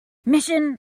mission